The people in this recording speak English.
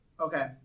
Okay